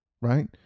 right